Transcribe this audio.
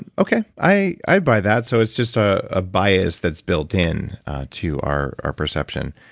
okay, i i buy that. so it's just a ah bias that's built in to our our perception.